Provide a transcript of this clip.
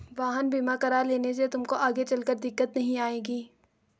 वाहन बीमा करा लेने से तुमको आगे चलकर दिक्कत नहीं आएगी